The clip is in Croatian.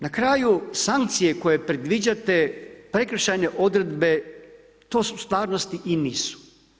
Na kraju, sankcije koje predviđate, prekršajne odredbe, to su stvarnosti i nisu.